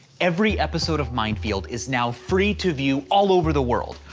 every episode of mind field is now free to view all over the world,